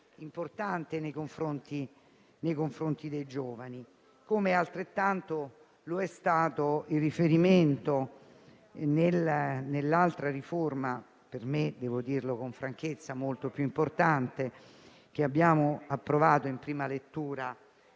importante nei confronti dei giovani, come lo è stato il riferimento nell'altra riforma - per me, devo dirlo con franchezza, molto più importante - che abbiamo approvato in prima lettura